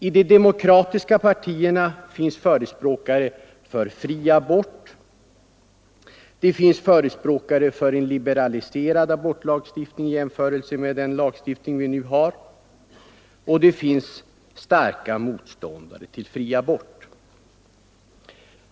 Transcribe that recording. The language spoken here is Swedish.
I de demokratiska partierna finns förespråkare för fri abort, förespråkare för en liberaliserad abortlagstiftning i jämförelse med den lagstiftning vi nu har och starka motståndare till fri abort.